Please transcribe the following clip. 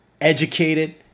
Educated